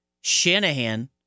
Shanahan